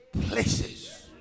places